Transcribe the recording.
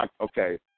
okay